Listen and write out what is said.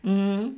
um